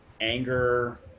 anger